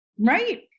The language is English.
Right